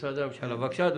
הסוגיה עדיין פתוחה.